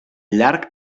llarg